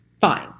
fine